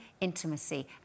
intimacy